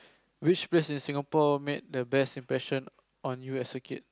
which place in Singapore made the best impression on you as a kid